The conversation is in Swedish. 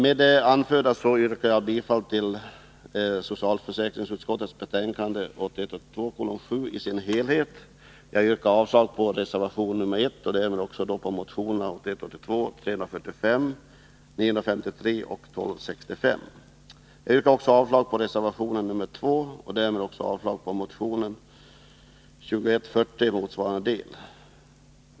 Med det anförda yrkar jag bifall till utskottets hemställan i dess helhet. Jag yrkar avslag på reservation 1 och därmed också på motionerna 1981 82:953 och 1981 82:2140 i motsvarande del.